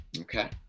Okay